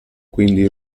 quindi